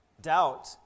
Doubt